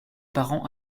parents